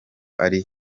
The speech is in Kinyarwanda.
ari